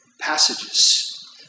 passages